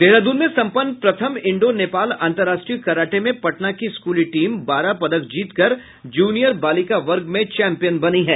देहरादून में सम्पन्न प्रथम इंडो नेपाल अंतर्राष्ट्रीय कराटे में पटना की स्कूली टीम बारह पदक जीतकर जूनियर बालिका वर्ग में चैम्पियन बनी है